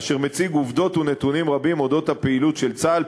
אשר מציג עובדות ונתונים רבים על הפעילות של צה"ל,